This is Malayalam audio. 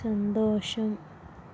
സന്തോഷം